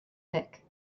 thick